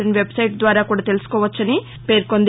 in website ద్వారా తెలుసుకోవచ్చని పేర్కొంది